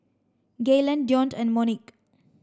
Gaylon Deonte and Monique